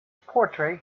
portray